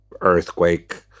earthquake